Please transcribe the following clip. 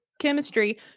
chemistry